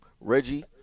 Reggie